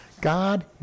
God